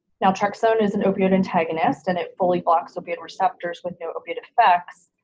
naltrexone is an opioid antagonist and it fully blocks opiate receptors with no opiate effects.